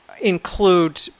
include